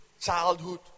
childhood